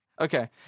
Okay